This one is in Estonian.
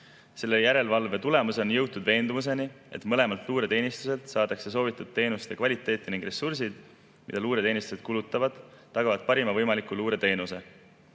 Selle järelevalve tulemusena on jõutud veendumuseni, et mõlemalt luureteenistuselt saadakse soovitud kvaliteediga teenuseid ning ressursid, mida luureteenistused kulutavad, tagavad parima võimaliku luureteenuse.